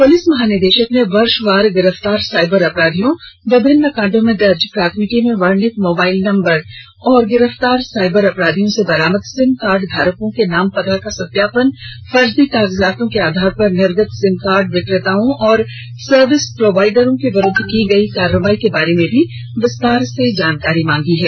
police महानिदेषक ने वर्षवार गिरफ्तार साइबर अपराधियों विभिन्न कांडो में दर्ज प्राथमिकी में वर्षित मोबाईल नंबर और गिरफ्तार साइबर अपराधियों से बरामद सिमकार्ड धारकों के नाम पता का सत्यापन फर्जी कागजातों के आधार पर निर्गत सिमकार्ड विक्रेताओं एवं सर्विस प्रोवाईडरों के विरूद्व की गई कार्रवाई के बारे में भी विस्तार से जानकारी मांगी है